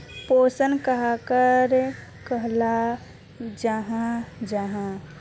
पोषण कहाक कहाल जाहा जाहा?